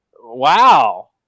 Wow